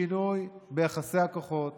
שינוי ביחסי הכוחות